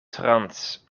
trans